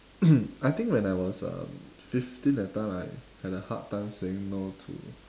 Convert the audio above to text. I think when I was um fifteen that time I had a hard time saying no to